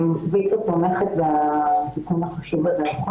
ויצ"ו תומכת בתיקון החוק.